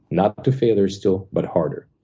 not to failure still, but harder.